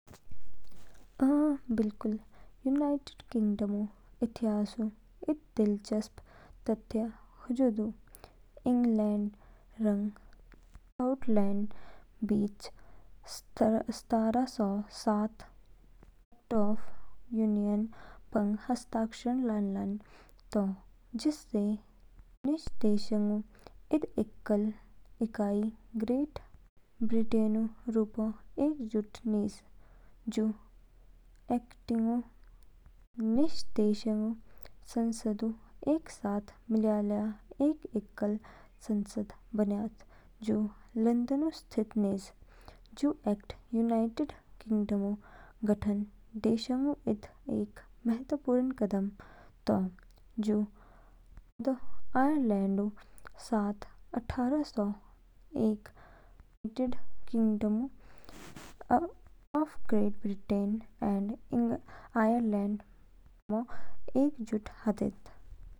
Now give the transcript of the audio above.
अ, बिल्कुल। यूनाइटेड किंगडमऊ इतिहासऊ इद दिलचस्प तथ्य जू तो। इंग्लैंड रंग स्कॉटलैंडऊ बीच सत्रह सौ सात ओ एक्ट ऑफ़ यूनियन पंग हस्ताक्षर लान लान तो, जिससे निशि देशंग इद एकल इकाई, ग्रेट ब्रिटेनऊ रूपो एकजुट निज। जू एक्टऊ निश देशंगू संसददू एक साथ मिलयाया एक एकल संसद बनयाच, जू लंदनऊ स्थित निज। जू एक्ट यूनाइटेड किंगडमऊ गठन दिशाऊ इद एक महत्वपूर्ण कदम तो, जू बादओ आयरलैंडऊ साथ अट्ठारह सौ एक ऊ United Kingdom of Great Britain and Ireland बन्यामो एकजुट हाचिद।